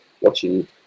watching